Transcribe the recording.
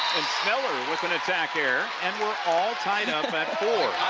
and sneller with an attack error and we're all tied up at four.